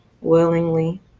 willingly